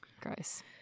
Gross